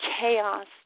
chaos